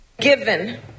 Given